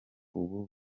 ubu